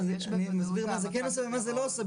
אני מסביר מה זה כן עושה ומה זה לא עושה,